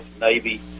navy